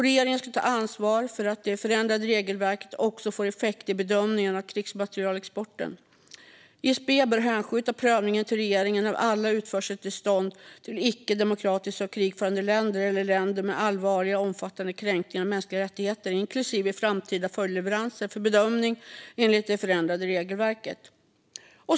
Regeringen ska ta ansvar för att det ändrade regelverket också får effekt i bedömningar av krigsmaterielexporten. ISP bör hänskjuta prövningen till regeringen av alla utförseltillstånd, inklusive framtida följdleveranser, till icke-demokratiska och krigförande länder eller länder med allvarliga och omfattande kränkningar av mänskliga rättigheter för bedömning enligt det ändrade regelverket.